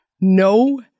no